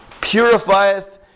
purifieth